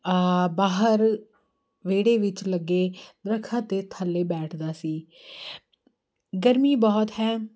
ਬਾਹਰ ਵਿਹੜੇ ਵਿੱਚ ਲੱਗੇ ਦਰਖ਼ਤ ਦੇ ਥੱਲੇ ਬੈਠਦਾ ਸੀ ਗਰਮੀ ਬਹੁਤ ਹੈ